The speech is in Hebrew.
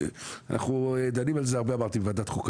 אנחנו דנים על זה הרבה בוועדת חוקה.